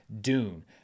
Dune